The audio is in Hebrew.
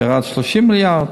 ירד ל-30 מיליארד,